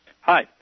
Hi